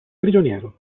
prigioniero